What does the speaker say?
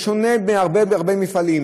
בשונה מהרבה הרבה מפעלים,